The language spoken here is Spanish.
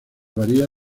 varía